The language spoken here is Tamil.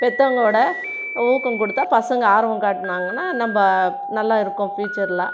பெற்றவங்கோட ஊக்கம் கொடுத்தா பசங்க ஆர்வம் காட்டினாங்கன்னா நம்ப நல்லாயிருக்கும் ஃபியூச்சரில்